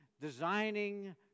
designing